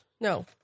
No